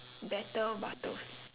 better but toast